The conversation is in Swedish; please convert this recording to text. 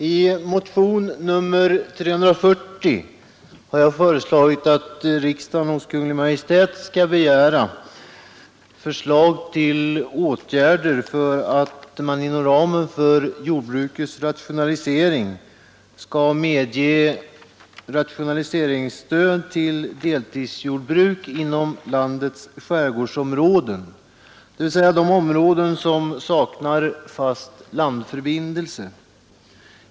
I motionen 340 har föreslagits att riksdagen hos Kungl. Maj:t skall begära förslag till åtgärder för att man inom ramen för jordbrukets rationalisering skall medge rationaliseringsstöd till deltidsjordbruk inom landets skärgårdsområden, dvs. de öar som saknar fast landförbindelse.